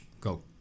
go